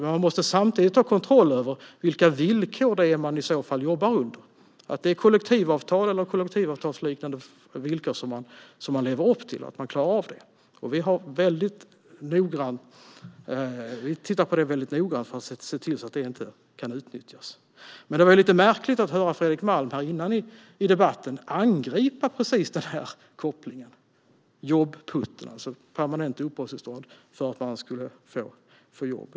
Men vi måste samtidigt ha kontroll över vilka villkor människor i så fall jobbar på. Lever man upp till kollektivavtal eller kollektivavtalsliknande villkor, och klarar man av det? Vi tittar på detta noggrant för att se till att det inte kan utnyttjas. Det var lite märkligt att tidigare i debatten höra Fredrik Malm angripa precis denna koppling, det vill säga jobb-PUT - permanent uppehållstillstånd om man får jobb.